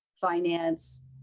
finance